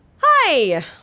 Hi